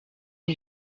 and